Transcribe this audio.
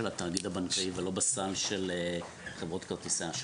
התאגיד הבנקאי ולא בסל של חברות כרטיסי אשראי.